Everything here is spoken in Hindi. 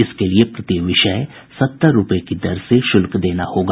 इसके लिए प्रति विषय सत्तर रूपये की दर से शुल्क देना होगा